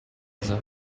casa